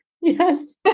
Yes